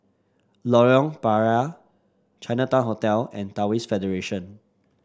Lorong Payah Chinatown Hotel and Taoist Federation